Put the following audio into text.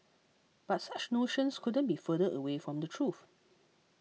but such notions couldn't be further away from the truth